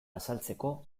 azaltzeko